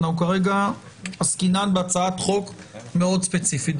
כרגע עסקינן בהצעת חוק מאוד ספציפית.